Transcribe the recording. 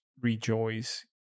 rejoice